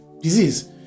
disease